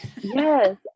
Yes